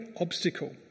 obstacle